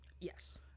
Yes